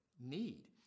need